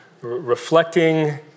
Reflecting